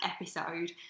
episode